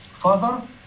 father